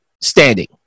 standing